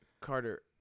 Carter